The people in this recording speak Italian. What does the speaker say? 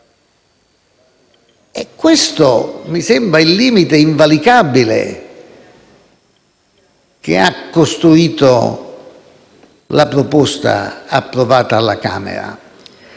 Questo mi sembra il limite invalicabile che ha costruito la proposta approvata alla Camera.